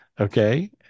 okay